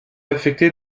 affecté